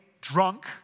drunk